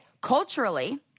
Culturally